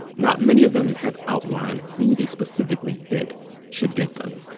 not many of them have outlined who they specifically think should get them.